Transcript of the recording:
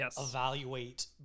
evaluate